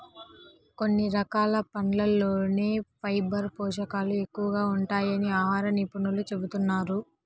కొన్ని రకాల పండ్లల్లోనే ఫైబర్ పోషకాలు ఎక్కువగా ఉంటాయని ఆహార నిపుణులు చెబుతున్నారు